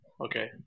Okay